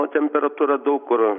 o temperatūra daug kur